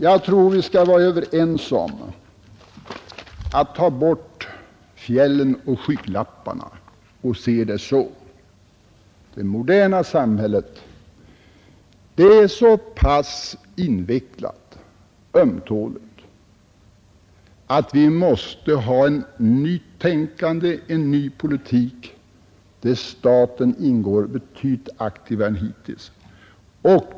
Jag tror att vi skall vara överens om att ta bort fjällen och skygglapparna och se saken så: det moderna samhället är så pass invecklat och ömtåligt att vi måste ha ett nytänkande, en ny politik, där staten går in betydligt aktivare än hittills.